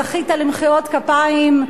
זכית למחיאות כפיים.